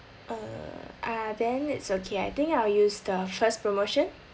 uh ah then it's okay I think I'll use the first promotion